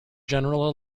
general